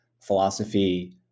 philosophy